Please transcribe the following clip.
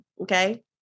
okay